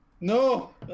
No